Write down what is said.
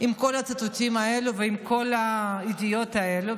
עם כל הציטוטים האלו ועם כל הידיעות האלו,